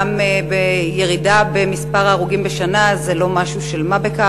גם בירידה במספר ההרוגים בשנה זה לא משהו של מה בכך.